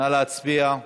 נא להצביע.